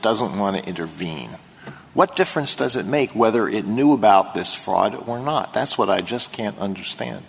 doesn't want to intervene what difference does it make whether it knew about this fraud or not that's what i just can't understand